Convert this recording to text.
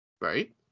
right